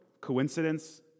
coincidence